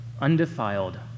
undefiled